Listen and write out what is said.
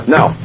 Now